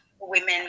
women